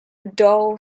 dull